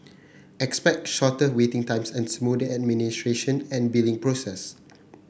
expect shorter waiting times and a smoother administration and billing process